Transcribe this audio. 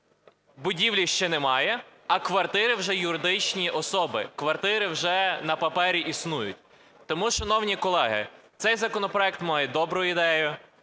Будівлі ще немає, а квартири вже – юридичні особи, квартири вже на папері існують. Тому, шановні колеги, цей законопроект має добру ідею,